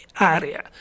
area